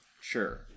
Sure